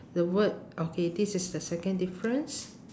the word okay this is the second difference